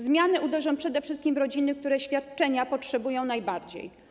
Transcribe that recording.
Zmiany uderzą przede wszystkim w rodziny, które świadczenia potrzebują najbardziej.